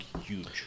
huge